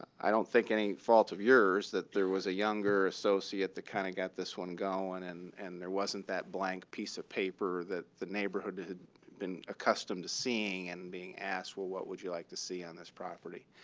i don't think any fault of yours that there was a younger associate that kind of got this one going, and and there wasn't that blank piece of paper that the neighborhood had been accustomed to seeing and being asked, well, what would you like to see on this property?